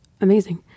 amazing